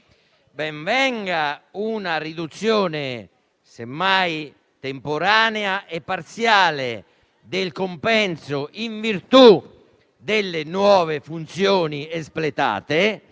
e una riduzione (semmai temporanea e parziale) del compenso in virtù delle nuove funzioni espletate,